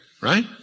right